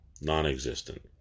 non-existent